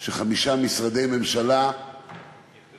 כמעט שחמישה משרדי ממשלה נרתמו,